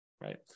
Right